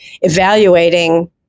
evaluating